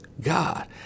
God